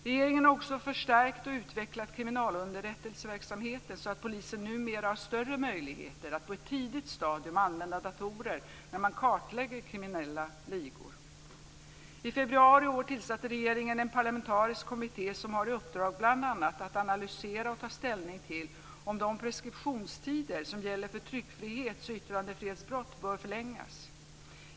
Regeringen har också förstärkt och utvecklat kriminalunderrättelseverksamheten så att polisen numera har större möjligheter att på ett tidigt stadium använda datorer när man kartlägger kriminella ligor. I februari i år tillsatte regeringen en parlamentarisk kommitté som har i uppdrag bl.a. att analysera och ta ställning till om de preskriptionstider som gäller för tryckfrihets och yttrandefrihetsbrott bör förlängas.